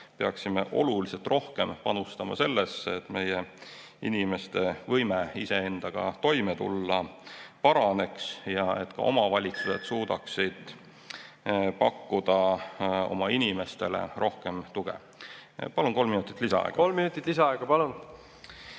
peaksime oluliselt rohkem panustama sellesse, et meie inimeste võime iseendaga toime tulla paraneks ja et ka omavalitsused suudaksid pakkuda oma inimestele rohkem tuge. Palun kolm minutit lisaaega. Kolm minutit lisaaega, palun!